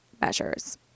measures